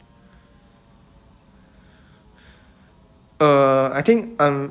uh I think